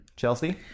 Chelsea